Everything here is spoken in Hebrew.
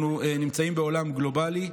אנחנו נמצאים בעולם גלובלי,